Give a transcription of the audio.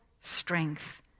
strength